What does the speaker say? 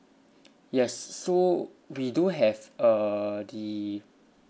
yes so we do have err the